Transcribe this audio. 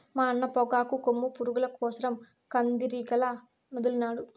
మా అన్న పొగాకు కొమ్ము పురుగుల కోసరం కందిరీగలనొదిలినాడు